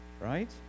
right